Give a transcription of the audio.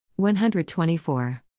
124